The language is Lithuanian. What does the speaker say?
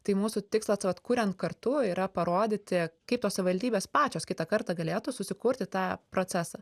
tai mūsų tikslas vat kuriant kartu yra parodyti kaip tos savivaldybės pačios kitą kartą galėtų susikurti tą procesą